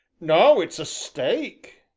now it's a steak!